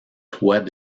toit